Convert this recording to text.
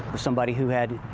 for somebody who had